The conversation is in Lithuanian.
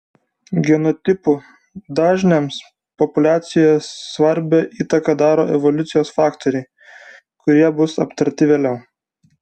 genotipų dažniams populiacijoje svarbią įtaką daro evoliucijos faktoriai kurie bus aptarti vėliau